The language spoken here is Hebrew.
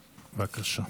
בבקשה.